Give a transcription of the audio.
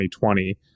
2020